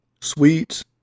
sweets